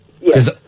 Yes